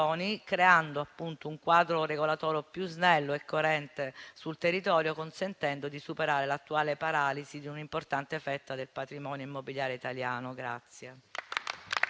creando un quadro regolatorio più snello e coerente sul territorio, consentendo di superare l'attuale paralisi di un'importante fetta del patrimonio immobiliare italiano.